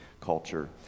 culture